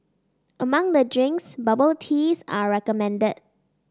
among the drinks bubble teas are recommended